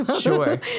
Sure